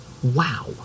wow